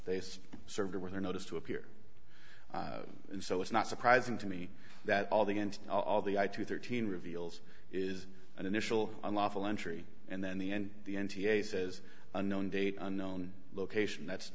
they served with a notice to appear and so it's not surprising to me that all the end all the eye to thirteen reveals is an initial unlawful entry and then the end the n t a says unknown date unknown location that's